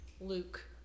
Luke